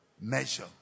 Measure